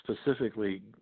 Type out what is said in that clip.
specifically